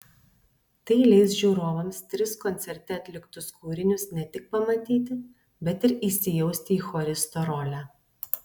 tai leis žiūrovams tris koncerte atliktus kūrinius ne tik pamatyti bet ir įsijausti į choristo rolę